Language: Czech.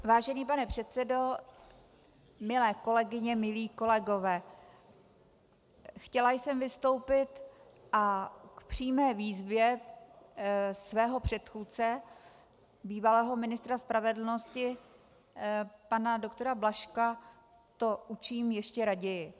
Vážený pane předsedo, milé kolegyně, milí kolegové, chtěla jsem vystoupit a k přímé výzvě svého předchůdce, bývalého ministra spravedlnosti pana doktora Blažka, to učiním ještě raději.